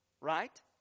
Right